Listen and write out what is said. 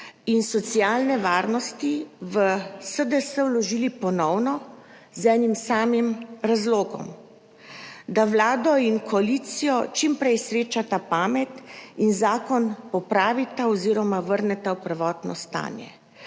in socialne varnosti v SDS vložili ponovno z enim samim razlogom, da Vlado in koalicijo čim prej sreča pamet in zakon popravita oziroma vrneta v prvotno stanje.